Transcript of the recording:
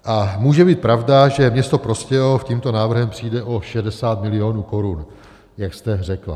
A může být pravda, že město Prostějov tímto návrhem přijde o 60 milionů korun, jak jste řekla.